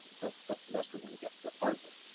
but that's the best we're going to get for arthur.